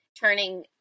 turning